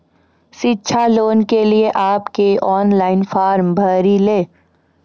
शिक्षा लोन के लिए आप के ऑनलाइन फॉर्म भरी ले?